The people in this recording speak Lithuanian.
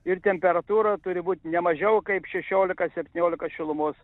ir temperatūra turi būt nemažiau kaip šešiolika septyniolika šilumos